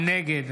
נגד